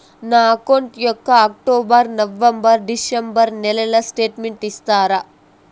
నా అకౌంట్ యొక్క October, November, December నెలల స్టేట్మెంట్ ఇస్తారా?